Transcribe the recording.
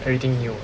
everything new ah